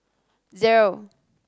zero